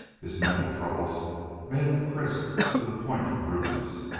his mental troubles made him crisp to the point of rudeness.